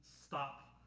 stop